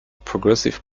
progressive